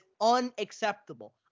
unacceptable